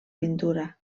pintura